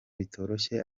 bitoroshye